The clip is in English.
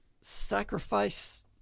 sacrifice